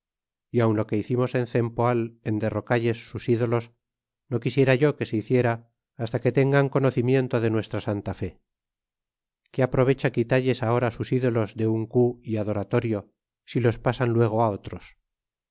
y aun lo que hicimos en cempoal en derro calles sus ídolos no quisiera yo que se hiciera hasta que tengan conocimiento de nuestra santa fe z qué aprovecha quitalles ahora sus ídolos de un cu y adoratorio si los pasan luego á otros